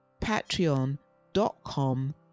patreon.com